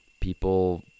people